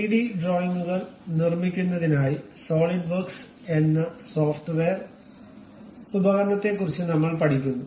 3 D ഡ്രോയിംഗുകൾ നിർമ്മിക്കുന്നതിനായി SolidWorks എന്ന സോഫ്റ്റ്വെയർ ഉപകരണത്തെക്കുറിച്ച് നമ്മൾ പഠിക്കുന്നു